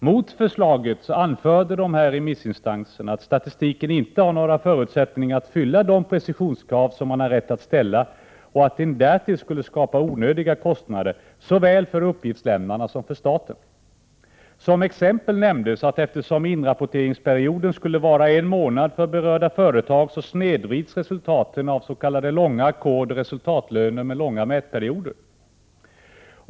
Mot förslaget anförde dessa remissinstanser att den föreslagna statistiken inte har några förutsättningar att fylla de precisionskrav som man har rätt att ställa och att den därtill skulle skapa onödiga kostnader såväl för uppgiftslämnarna som för staten. Som exempel nämndes att eftersom inrapporteringsperioden skulle vara en månad för berörda företag, snedvrids resultaten av s.k. långa ackord och resultatlöner med långa mätperioder.